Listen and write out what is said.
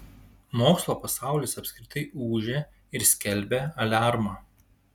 mokslo pasaulis apskritai ūžia ir skelbia aliarmą